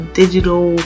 digital